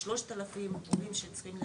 100 ימי החסד של הממשלה הזו